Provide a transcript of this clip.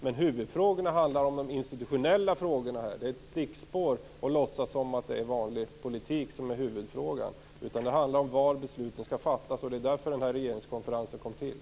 Men huvudfrågorna handlar om de institutionella frågorna. Det är ett stickspår. Man låtsas som om det är vanlig politik som är huvudfrågan. Men det handlar om var besluten skall fattas. Det är därför som denna regeringskonferens ägde rum.